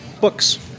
Books